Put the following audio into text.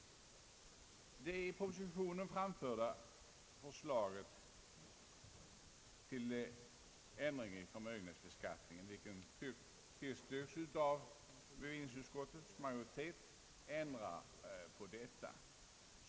Det i propositionen framlagda förslaget till ändring av förmögenhetsbeskattningen, vilket tillstyrkts av bevillningsutskottets majoritet, ändrar på detta.